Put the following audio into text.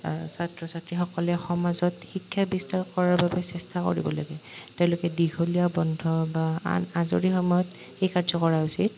ছাত্ৰ ছাত্ৰীসকলে সমাজত শিক্ষা বিস্তাৰ কৰাৰ বাবে চেষ্টা কৰিব লাগে তেওঁলোকে দীঘলীয়া বন্ধ বা আন আজৰি সময়ত সেই কাৰ্য কৰা উচিত